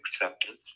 acceptance